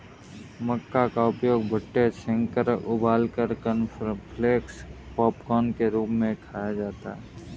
मक्का का उपयोग भुट्टे सेंककर उबालकर कॉर्नफलेक्स पॉपकार्न के रूप में खाया जाता है